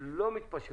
אנחנו לא מתפשרים.